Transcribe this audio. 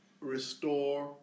restore